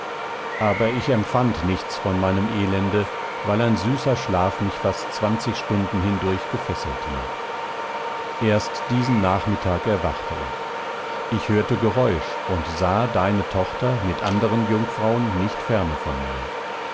aber ich empfand nichts von meinem elende weil ein süßer schlaf mich fast zwanzig stunden hindurch gefesselt hielt erst diesen nachmittag erwachte ich ich hörte geräusch und sah deine tochter mit andern jungfrauen nicht ferne von mir